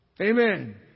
amen